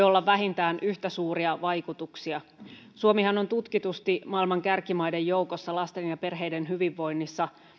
olla vähintään yhtä suuria vaikutuksia suomihan on tutkitusti maailman kärkimaiden joukossa lasten ja perheiden hyvinvoinnissa